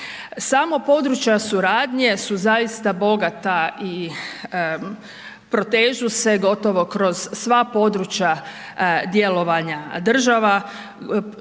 Samo područja suradnje su zaista bogata i protežu se gotovo kroz sva područja djelovanja država,